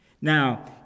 Now